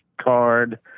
card